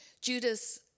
Judas